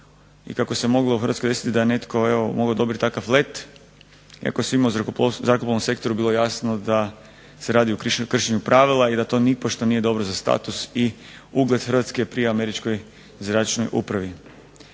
i kako se moglo u Hrvatskoj desiti da je netko mogao dobiti takav let, iako je svima u zrakoplovnom sektoru bilo jasno da se radi o kršenju pravila i da to nipošto nije dobro za status i ugled Hrvatske pri Američkoj zračnoj upravi.